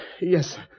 Yes